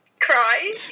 cry